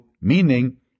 meaning